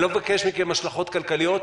אני לא מבקש מכם השלכות כלכליות.